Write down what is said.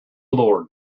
lord